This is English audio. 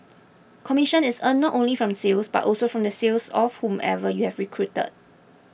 commission is earned not only from sales but also from the sales of whomever you have recruited